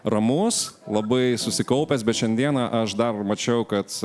ramus labai susikaupęs bet šiandieną aš dar mačiau kad